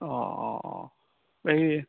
অঁ এই